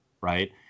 right